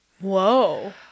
Whoa